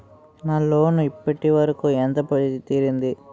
నా లోన్ ఇప్పటి వరకూ ఎంత తీరింది?